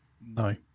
No